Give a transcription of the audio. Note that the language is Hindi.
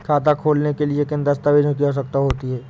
खाता खोलने के लिए किन दस्तावेजों की आवश्यकता होती है?